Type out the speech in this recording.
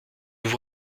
vous